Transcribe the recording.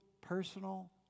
personal